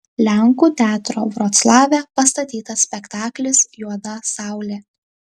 lenkų teatro vroclave pastatytas spektaklis juoda saulė